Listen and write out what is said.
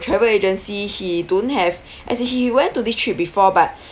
travel agency he don't have actually he went to this trip before but